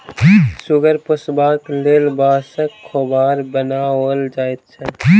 सुगर पोसबाक लेल बाँसक खोभार बनाओल जाइत छै